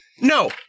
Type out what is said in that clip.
No